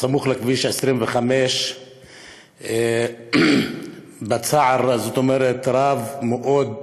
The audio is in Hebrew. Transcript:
סמוך לכביש 25. בצער רב מאוד,